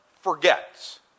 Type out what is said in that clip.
forgets